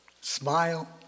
smile